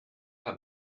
how